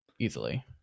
Easily